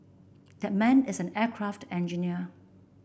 that man is an aircraft engineer